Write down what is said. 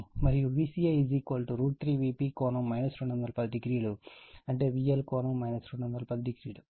మరియు Vca √ 3 Vp ∠ 210o అంటే VL ∠ 210o